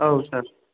औ सार